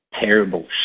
terrible